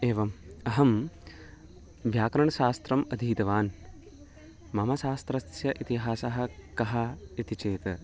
एवम् अहं व्याकरणशास्त्रम् अधीतवान् मम शास्त्रस्य इतिहासः कः इति चेत्